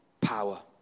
power